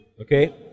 Okay